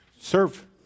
Serve